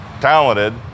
talented